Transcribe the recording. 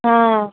ఆ